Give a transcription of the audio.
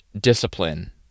discipline